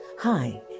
Hi